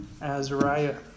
Azariah